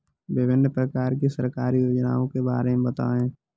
विभिन्न प्रकार की सरकारी योजनाओं के बारे में बताइए?